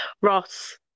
Ross